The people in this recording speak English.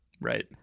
Right